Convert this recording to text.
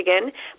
Michigan